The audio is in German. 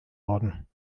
worden